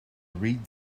read